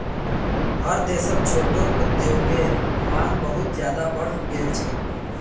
हर देशत छोटो उद्योगेर मांग बहुत ज्यादा बढ़ गेल छेक